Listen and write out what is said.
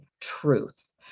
truth